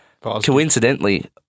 coincidentally